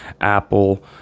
Apple